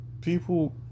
people